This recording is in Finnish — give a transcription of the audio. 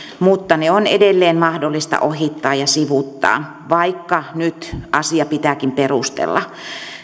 mutta ne on edelleen mahdollista ohittaa ja sivuuttaa vaikka nyt asia pitääkin perustella